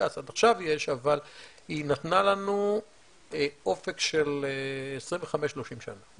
- עד עכשיו יש אבל היא נתנה לנו אופק של 25-30 שנה.